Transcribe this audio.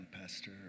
Pastor